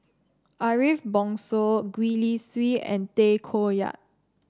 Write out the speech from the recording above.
Ariff Bongso Gwee Li Sui and Tay Koh Yat